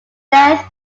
death